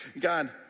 God